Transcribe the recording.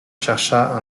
chercha